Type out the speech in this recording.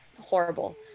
horrible